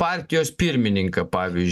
partijos pirmininką pavyzdž